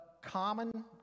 common